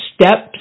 steps